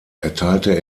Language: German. erteilte